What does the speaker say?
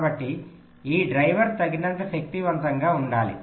కాబట్టి ఈ డ్రైవర్ తగినంత శక్తివంతంగా ఉండాలి